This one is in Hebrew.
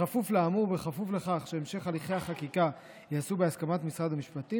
בכפוף לאמור ובכפוף לכך שהמשך הליכי החקיקה ייעשה בהסכמת משרד המשפטים,